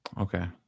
Okay